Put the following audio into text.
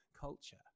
culture